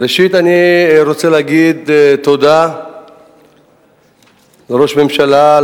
ראשית אני רוצה להגיד תודה לראש הממשלה,